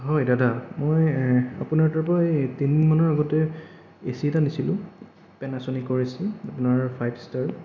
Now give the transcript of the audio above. হয় দাদা মই আপোনাৰ তাৰপৰা এই তিনিদিনমান আগতে এ চি এটা নিছিলোঁ পেনাচনিকৰ এ চি আপোনাৰ ফাইভ ষ্টাৰ